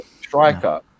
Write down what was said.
striker